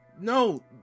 no